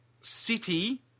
City